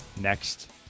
next